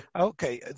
Okay